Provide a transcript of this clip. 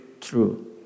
true